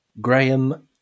Graham